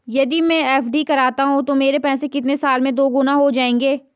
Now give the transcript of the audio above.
यदि मैं एफ.डी करता हूँ तो मेरे पैसे कितने साल में दोगुना हो जाएँगे?